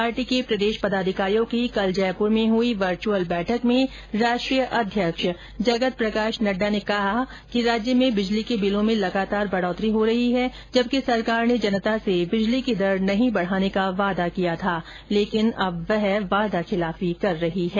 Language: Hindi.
पार्टी के प्रदेश पदाधिकारियों की कल जयपुर में हई वर्चअल बैठक में राष्ट्रीय अध्यक्ष जगत प्रकाश नड्डा ने कहा कि राज्य में बिजली के बिलों में बढ़ोत्तरी हो रही है जबकि सरकार ने जनता से बिजली की दर नहीं बढ़ाने का वायदा किया था लेकिन अब वह वादाखिलाफी कर रही है